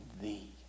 Thee